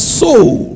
soul